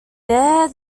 there